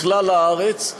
לכלל הארץ.